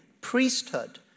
priesthood